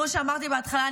כמו שאמרתי בהתחלה,